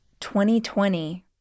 2020